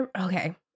okay